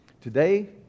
Today